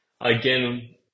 again